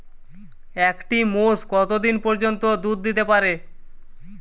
একটি মোষ কত দিন পর্যন্ত দুধ দিতে পারে?